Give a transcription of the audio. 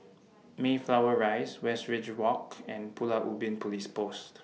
Mayflower Rise Westridge Walk and Pulau Ubin Police Post